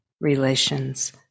relations